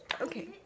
okay